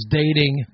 dating